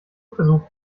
versucht